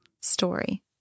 Story